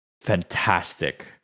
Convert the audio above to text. fantastic